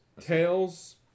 Tails